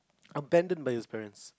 abandoned by his parents